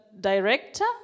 director